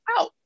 out